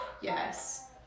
Yes